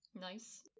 Nice